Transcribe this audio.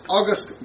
August